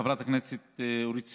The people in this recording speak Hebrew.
חברת הכנסת אורית סטרוק,